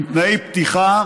עם תנאי פתיחה